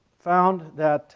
found that